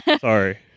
sorry